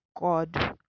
god